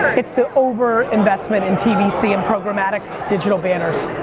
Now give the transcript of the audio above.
it's the over investment in tvc and programmatic digital banners.